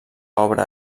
obra